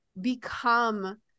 become